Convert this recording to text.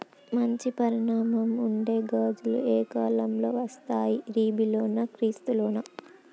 మంచి పరిమాణం ఉండే గింజలు ఏ కాలం లో వస్తాయి? రబీ లోనా? ఖరీఫ్ లోనా?